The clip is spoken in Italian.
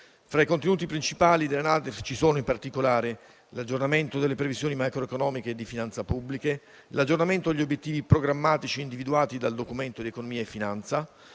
Fra i contenuti principali della NADEF ci sono, in particolare, l'aggiornamento delle previsioni macroeconomiche di finanza pubbliche, l'aggiornamento degli obiettivi programmatici individuati dal Documento di economia e finanza,